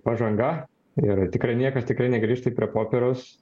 pažanga ir tikrai niekas tikrai negrįžtų prie popieriaus